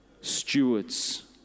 stewards